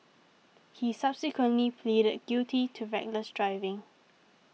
he subsequently pleaded guilty to reckless driving